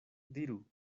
diru